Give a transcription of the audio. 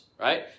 right